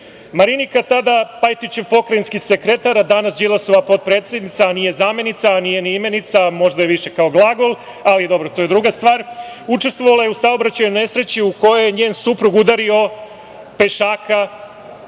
Marinika tada Pajtićev pokrajinski sekretar, a danas Đilasova potpredsednica, a nije zamenica, a nije ni imenica, možda je više kao glagol, ali dobro to je druga stvar, učestvovala je u saobraćajnoj nesreći u kojoj je njen suprug udario pešaka